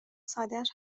سادش